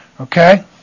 Okay